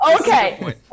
okay